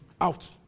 Out